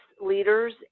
leaders